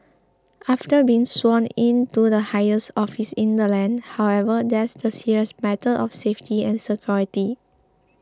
after being sworn in to the highest office in the land however there's the serious matter of safety and security